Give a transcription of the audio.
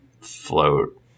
float